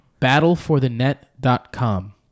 Battleforthenet.com